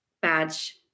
badge